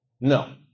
No